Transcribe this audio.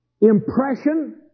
impression